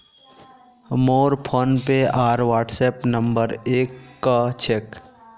मोर फोनपे आर WhatsApp number एक क छेक